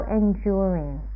enduring